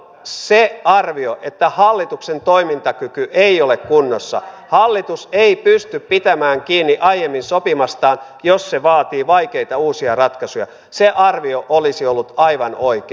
silloin se arvio että hallituksen toimintakyky ei ole kunnossa hallitus ei pysty pitämään kiinni aiemmin sopimastaan jos se vaatii vaikeita uusia ratkaisuja olisi ollut aivan oikea